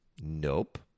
Nope